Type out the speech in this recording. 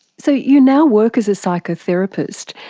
so you now work as a psychotherapist.